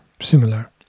similar